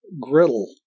griddle